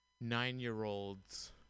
nine-year-olds